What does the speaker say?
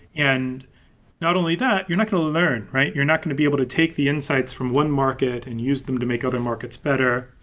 and not only that, you're not going to learn. you're not going to be able to take the insights from one market and use them to make other markets better.